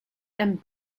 and